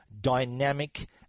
dynamic